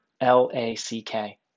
L-A-C-K